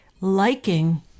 liking